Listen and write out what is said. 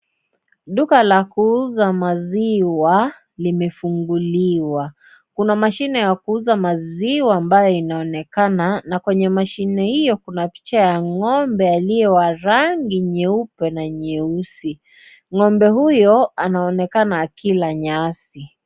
Duka la kuuza maziwa limefunguliwa. Kuna mashine ya kuuza maziwa ambayo inaonekana na kwenye mashine hiyo ,kuna picha ya ng'ombe aliye wa rangi nyeupe na nyeusi na ng'ombe huyo anaonekana akila nyasi.